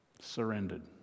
surrendered